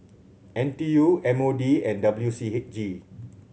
N T U M O D and W C H G